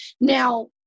Now